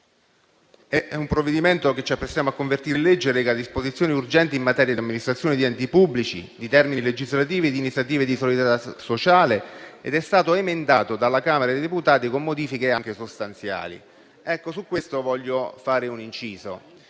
Il provvedimento che ci apprestiamo a convertire in legge reca disposizioni urgenti in materia di amministrazione di enti pubblici, di termini legislativi e di iniziative di solidarietà sociale ed è stato emendato dalla Camera dei deputati, con modifiche anche sostanziali. Su questo voglio fare un inciso,